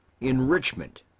enrichment